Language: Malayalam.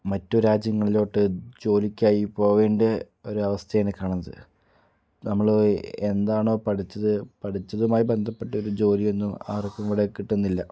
മറ്റ് രാജ്യങ്ങളിലോട്ട് ജോലിക്കായി പോകേണ്ട ഒരു അവസ്ഥയാണ് കാണുന്നത് നമ്മൾ എന്താണോ പഠിച്ചത് പഠിച്ചതുമായി ബന്ധപ്പെട്ട ഒരു ജോലിയൊന്നും ആർക്കും ഇവിടെ കിട്ടുന്നില്ല